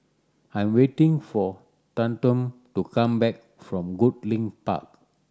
I am waiting for Tatum to come back from Goodlink Park